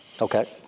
Okay